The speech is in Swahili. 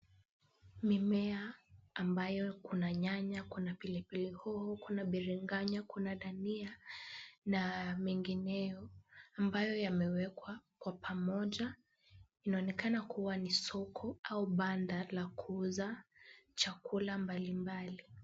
Mimea ambayo kuna nyanya, kuna pilipili hoho, kuna biringanya, kuna dania na mengineyo, ambayo yamewekwa kwa pamoja. Inaonekana kuwa ni soko au banda la kuuza chakula mbalimbali.